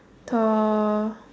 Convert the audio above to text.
tall